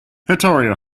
vittorio